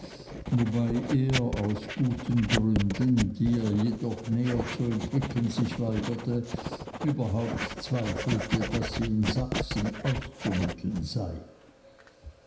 wobei er aus gründen die er jedoch näher zu entwickeln sich weigerte überhaupt zweifelte daß sie in sachsen auszumitteln sei